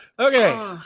Okay